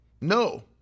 no